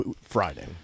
Friday